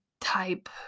type